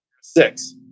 six